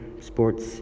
sports